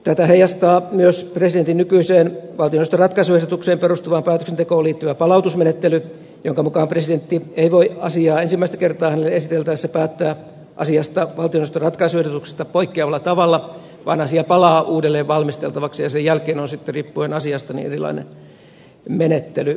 tätä heijastaa myös presidentin nykyiseen valtioneuvoston ratkaisuehdotukseen perustuvaan päätöksentekoon liittyvä palautusmenettely jonka mukaan presidentti ei voi asiaa ensimmäistä kertaa hänelle esiteltäessä päättää siitä valtioneuvoston ratkaisuehdotuksesta poikkeavalla tavalla vaan asia palaa uudelleen valmisteltavaksi ja sen jälkeen on sitten asiasta riippuen erilainen menettely kyseessä